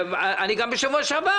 גם בשבוע שעבר,